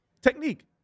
Technique